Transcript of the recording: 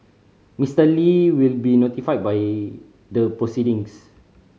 Mister Li will be notified by the proceedings